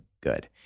good